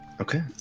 Okay